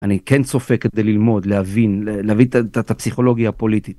אני כן צופה כדי ללמוד, להבין, להביא את הפסיכולוגיה הפוליטית.